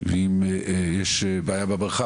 ואם יש בעיה בהדרכה,